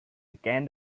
began